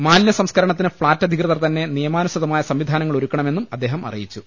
മാലിന്യ സംസ്കരണത്തിന് ഫ്ളാറ്റ് അധികൃതർ തന്നെ നിയമാനുസൃതമായ സംവിധാനങ്ങൾ ഒരുക്ക ണമെന്നും അദ്ദേഹം അറിയിച്ചു